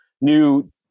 new